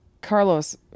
Carlos